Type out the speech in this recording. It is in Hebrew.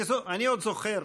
אני עוד זוכר